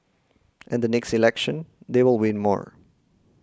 and the next election they will win more